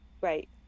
great